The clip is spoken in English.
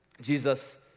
Jesus